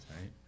right